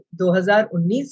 2019